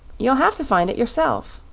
you'll have to find it yourself.